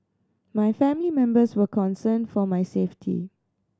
my family members were concerned for my safety